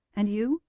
and you?